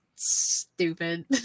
stupid